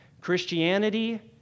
Christianity